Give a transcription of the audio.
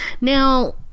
Now